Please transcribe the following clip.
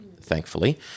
thankfully